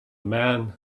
man